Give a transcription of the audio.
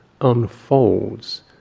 unfolds